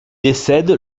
décède